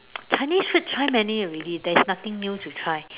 Chinese food try many already there is nothing new to try